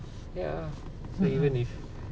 ya so even if